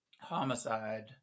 homicide